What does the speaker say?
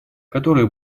которая